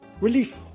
Relief